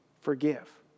forgive